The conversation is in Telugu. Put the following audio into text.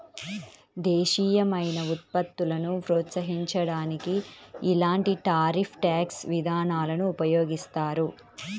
దేశీయమైన ఉత్పత్తులను ప్రోత్సహించడానికి ఇలాంటి టారిఫ్ ట్యాక్స్ విధానాలను ఉపయోగిస్తారు